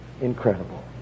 Incredible